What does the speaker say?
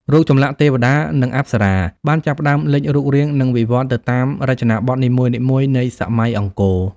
រូបចម្លាក់ទេវតា និងអប្សរា បានចាប់ផ្តើមលេចរូបរាង និងវិវត្តទៅតាមរចនាបថនីមួយៗនៃសម័យអង្គរ។